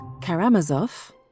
Karamazov